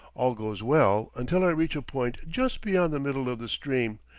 all goes well until i reach a point just beyond the middle of the stream,